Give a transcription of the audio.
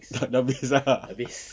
dah habis ah